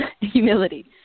humility